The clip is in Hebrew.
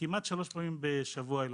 כמעט שלוש פעמים בשבוע למעון.